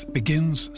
begins